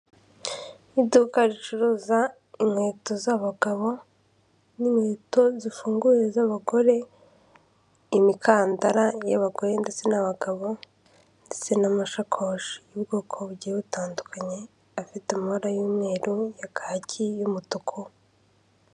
Iduka ricuruza inkweto z'abagabo n'inkweto zifunguye z'abagore, imikandara y'abagore ndetse n'abagabo, ndetse n'amashakoshi y'ubwoko bugiye butandukanye, afite amabara y'umweru, ya kaki, y'umutuku;